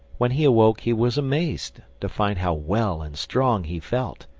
when he awoke he was amazed to find how well and strong he felt.